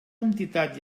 entitat